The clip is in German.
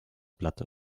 blatt